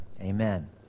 amen